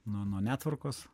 nu nuo netvarkos